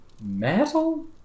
metal